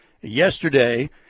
yesterday